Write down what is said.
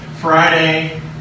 Friday